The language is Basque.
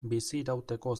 bizirauteko